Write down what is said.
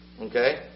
Okay